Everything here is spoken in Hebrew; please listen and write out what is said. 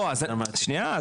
שנייה,